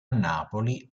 napoli